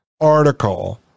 article